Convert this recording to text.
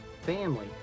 family